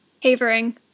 Havering